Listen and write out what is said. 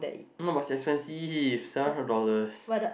no but it's expensive seven hundred dollars